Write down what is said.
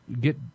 get